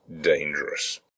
dangerous